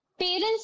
Parents